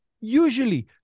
Usually